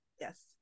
Yes